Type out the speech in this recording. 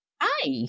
Hi